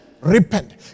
repent